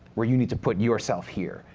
where you need to put yourself here.